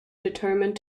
determined